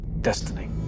Destiny